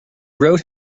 wrote